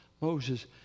Moses